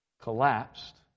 collapsed